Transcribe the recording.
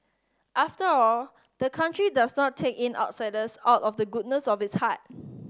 after all the country does not take in outsiders out of the goodness of its heart